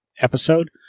episode